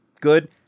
good